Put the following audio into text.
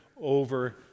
over